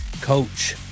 coach